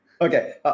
Okay